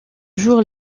jours